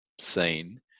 scene